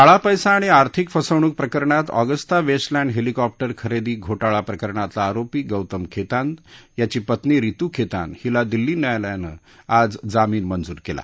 काळा पैसा आणि आर्थिक फसवणूक प्रकरणात ऑगस्ता वेस्टलँड हेलिकॉप्टर खरेदी घोटाळा प्रकरणातला आरोपी गौतम खेतान याची पत्नी रीतू खेतान हिला दिल्ली न्यायालयानं आज जामीन मंजूर केला